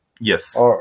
Yes